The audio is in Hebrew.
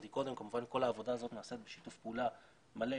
כמובן כל העבודה הזאת נעשית בשיתוף פעולה מלא